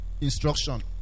instruction